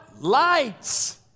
Lights